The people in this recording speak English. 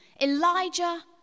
Elijah